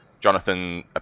Jonathan